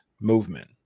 movement